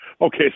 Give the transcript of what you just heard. okay